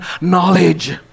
knowledge